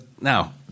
now